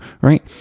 right